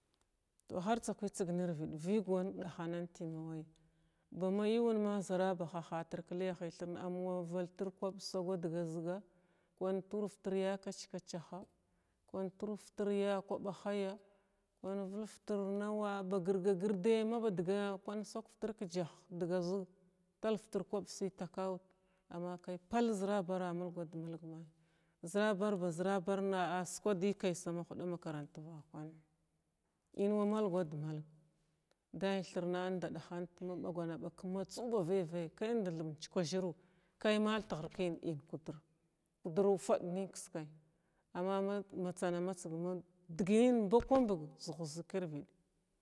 Hartsakəy tsəg nar vəga vəyg wan dahananti ma wayyi bama yunma zarababahatir kalpy hi thirna amwa vəltir kwaɓ sagwa daga zəga’a wan tir vti ya kach-kachha, kwan tiruti ya kwaɓa hayya wan vultir nawa ba gir-gir day maɓadagaya kwan sagvtir kstsah da gazəg taltir kwaɓa si taacount amma kay pal zərabara a mulgwadmulgma zərabar ba zərabarna a skwaday kay ci dama huɗa makaranta vakwan inwa mulgwad mulg dalaythirna inda ɗahant maɓaganaɓag ka matsi ba vay vay a kay tha nɗab njukwa zərwa kay mal tgir kina in kudir kudir ufad nən kiskay amm ma matsanandtsəg ma dəgnən mbakwabəg zəhit zəg kiravəg.